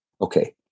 okay